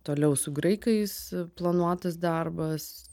toliau su graikais planuotas darbas